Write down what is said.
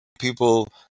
people